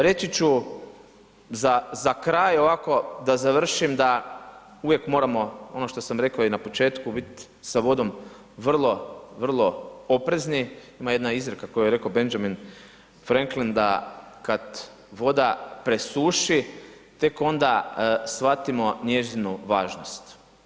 Reći ću za kraj ovako da završimo da uvijek moramo ono što sam rekao i na početku biti sa vodom vrlo, vrlo oprezni, ima jedna izreka koju je rekao Benjamin Franklin da kad vode presuši, tek onda shvatimo njezinu važnost.